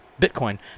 Bitcoin